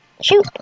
Shoot